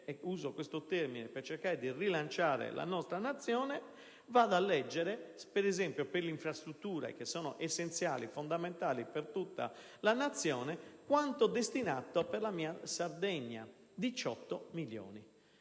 uso questo termine per cercare di rilanciare la nostra Nazione - vado a leggere, per esempio, per le infrastrutture essenziali e fondamentali per la Nazione, quanto destinato per la mia Sardegna: 18 milioni